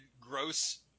gross